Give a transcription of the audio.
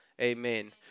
Amen